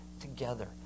together